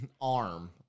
arm